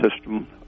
system